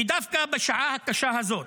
ודווקא בשעה הקשה הזו,